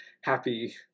happy